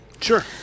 Sure